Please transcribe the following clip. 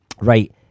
Right